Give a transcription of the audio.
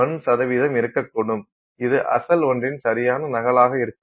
000001 இருக்க கூடும் இது அசல் ஒன்றின் சரியான நகலாக இருக்கலாம்